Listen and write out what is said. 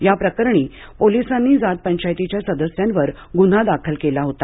या प्रकरणी पोलिसांनी जात पंचायतीच्या सदस्यांवर गुन्हा दाखल केला होता